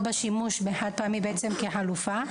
בשימוש בחד פעמי כחלופה.